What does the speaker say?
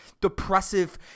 depressive